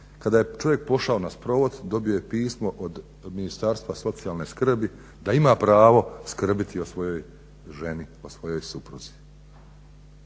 kada je čovjek pošao na sprovod dobio je pismo od Ministarstva socijalne skrbi da ima pravo skrbiti o svojoj ženi, o svojoj supruzi.